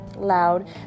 loud